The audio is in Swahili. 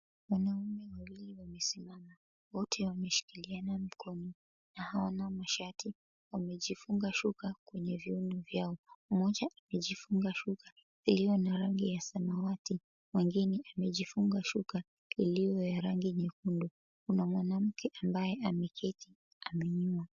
Wanaume wawili wamesimama, wote wameshikiliana mikono, na hawana mashati wamejifunga shuka kwenye viuno vyao. Mmoja amejifunga shuka iliyo na rangi ya samawati, mwingine amejifunga shuka iliyo ya rangi nyekundu. Kuna mwanamke ambaye ameketi amenyoa.